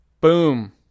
Boom